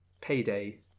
Payday